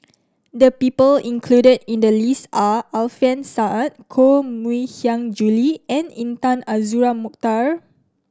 the people included in the list are Alfian Sa'at Koh Mui Hiang Julie and Intan Azura Mokhtar